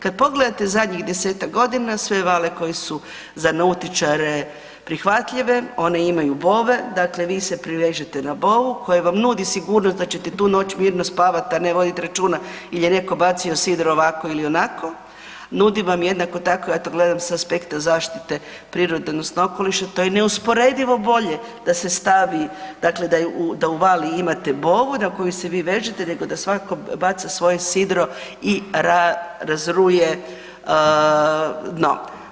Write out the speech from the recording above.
Kad pogledate zadnjih 10-tak godina sve vale koje su za nautičare prihvatljive one imaju bove, dakle vi se privežete na bovu koja vam nudi sigurnost da ćete tu noć mirno spavati, a ne voditi računa jel je netko bacio sidro ovako ili onako, nudi vam jednako tako ja to gledam sa aspekta zaštite prirode odnosno okoliša to je neusporedivo bolje da se stavi dakle da u vali imate bovu na koju se vi vežete nego da svako baca svoje sidro i razruje dno.